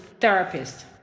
therapist